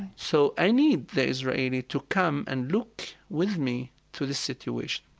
so i need the israeli to come and look with me to the situation